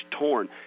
torn